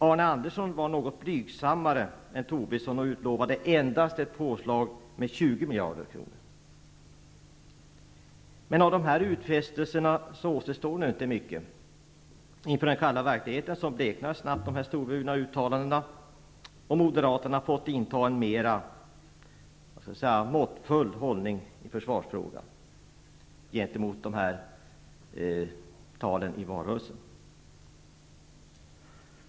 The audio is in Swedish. Arne Andersson var något blygsammare än Tobisson och utlovade ''endast'' ett påslag om 20 Men av de här utfästelserna återstår inte mycket. Inför den kalla verkligheten bleknar snabbt de storvulna uttalandena, och Moderaterna har fått inta en mera måttfull hållning i försvarsfrågan med tanke på uttalandena i valrörelsen.